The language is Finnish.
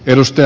ennuste